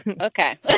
Okay